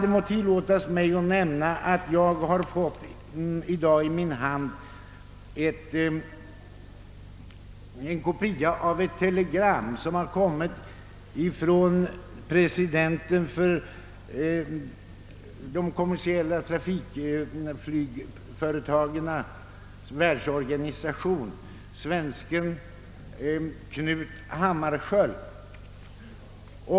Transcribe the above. Det må tillåtas mig att nämna att jag i dag har fått i min hand en kopia av ett telegram från presidenten för de kommersiella trafikflygföretagens världsorganisation, svensken Knut Hammarskjöld.